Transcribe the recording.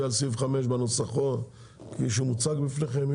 על סעיף 5 בנוסחו כפי שהוא מוצג בפניכם.